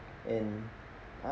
in